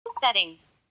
Settings